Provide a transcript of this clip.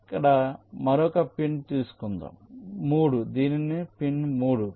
ఇక్కడ మరొక పిన్ను తీసుకుందాం 3 దీనిని పిన్ 3